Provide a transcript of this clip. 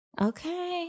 Okay